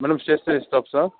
madam stationery షాపా